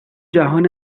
جهان